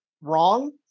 wrong